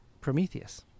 Prometheus